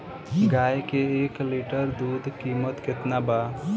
गाय के एक लीटर दूध कीमत केतना बा?